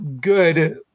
good